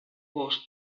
gos